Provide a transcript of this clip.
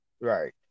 Right